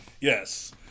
Yes